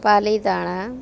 Palitana